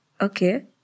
Okay